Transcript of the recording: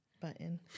button